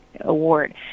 award